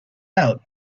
out